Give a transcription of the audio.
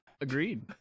Agreed